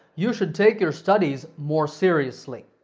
you should take your studies more seriously.